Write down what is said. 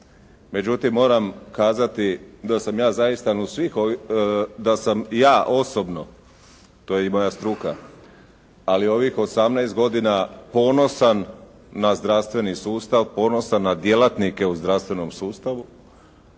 Međutim, moram kazati da sam ja osobno, to je i moja struka, ali ovih 18 godina ponosan na zdravstveni sustav, ponosan na djelatnike u zdravstvenom sustavu